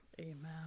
amen